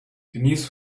denise